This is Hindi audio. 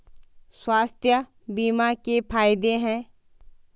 स्वास्थ्य बीमा के फायदे हैं?